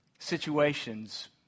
situations